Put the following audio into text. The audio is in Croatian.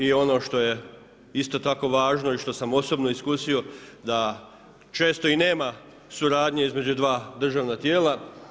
I ono što je isto tako važno i što sam osobno iskusio da često i nema suradnje između dva državna tijela.